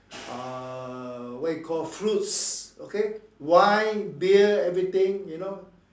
uh what you call fruits okay wine beer everything you know